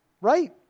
right